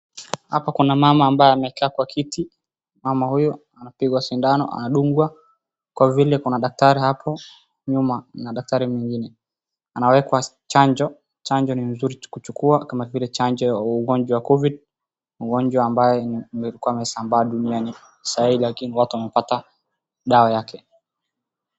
Hapa kuna mama ambaye amekaa kwa kiti. Mama huyo anapigwa sindano, anadungwa. Kwa vile kuna daktari hapo nyuma na daktari mwingine. Anawekwa chanjo. Chanjo ni nzuri kuchukua kama vile chanjo ya ugonjwa wa Covid . Ugonjwa ambao ulikuwa umesambaa duniani saa hii lakini watu wamepata dawa yake.